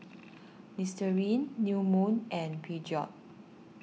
Listerine New Moon and Peugeot